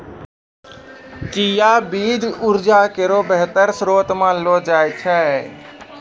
चिया बीज उर्जा केरो बेहतर श्रोत मानलो जाय छै